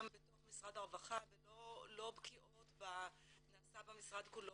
בתוך משרד הרווחה ולא בקיאות בנעשה במשרד כולו.